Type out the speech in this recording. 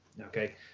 Okay